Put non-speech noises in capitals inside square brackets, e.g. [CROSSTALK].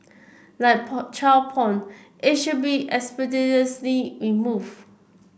like [UNINTELLIGIBLE] child porn it should be expeditiously remove